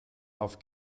auf